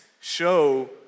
show